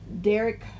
Derek